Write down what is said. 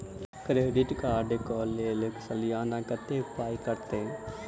Credit card कऽ लेल सलाना कत्तेक पाई कटतै?